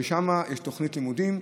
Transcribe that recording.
שם יש תוכנית לימודים,